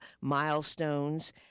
milestones